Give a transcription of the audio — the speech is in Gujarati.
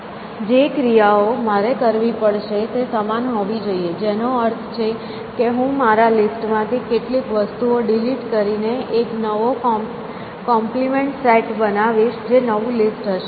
જે ક્રિયાઓ મારે કરવી પડશે તે સમાન હોવી જોઈએ જેનો અર્થ છે કે હું મારા લિસ્ટ માંથી કેટલીક વસ્તુ ડિલીટ કરીને એક નવો કોમ્પ્લીમેન્ટ સેટ બનાવીશ જે નવું લિસ્ટ હશે